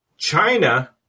China